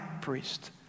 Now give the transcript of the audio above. priest